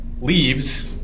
leaves